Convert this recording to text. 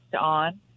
on